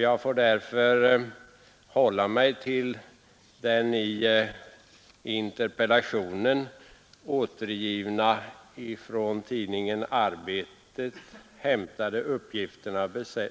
Jag får därför hålla mig till de i interpellationen återgivna, från tidningen Arbetet hämtade uppgifterna